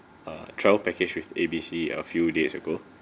err travel package with A B C a few days ago